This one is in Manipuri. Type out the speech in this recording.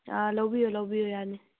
ꯑꯥ ꯂꯧꯕꯤꯌꯣ ꯂꯧꯕꯤꯌꯣ ꯌꯥꯅꯤ